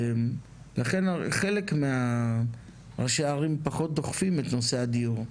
ולכן חלק מראשי הערים פחות דוחפים את נושא הדיור,